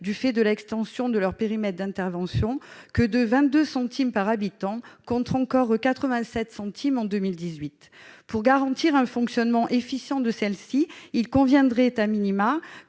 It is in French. du fait de l'extension de leur périmètre d'intervention, que de 22 centimes par habitant, contre encore 87 centimes en 2018. Pour garantir leur fonctionnement efficient, il conviendrait que